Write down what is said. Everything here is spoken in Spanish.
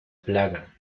plaga